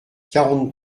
quarante